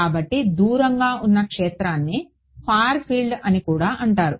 కాబట్టి దూరంగా ఉన్న ఈ క్షేత్రాన్ని ఫార్ ఫీల్డ్ అని కూడా అంటారు